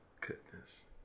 goodness